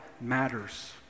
matters